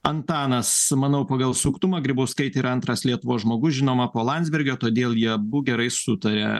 antanas manau pagal suktumą grybauskaitė yra antras lietuvos žmogus žinoma po landsbergio todėl jie abu gerai sutaria